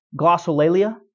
glossolalia